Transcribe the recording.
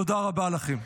תודה רבה לכם.